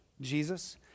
Jesus